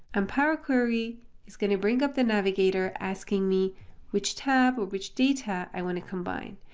and power query is going to bring up the navigator, asking me which tab or which data i want to combine.